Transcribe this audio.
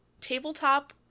tabletop